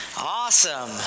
Awesome